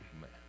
Man